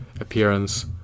appearance